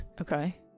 Okay